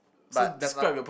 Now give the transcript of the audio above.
but there's na~